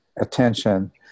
attention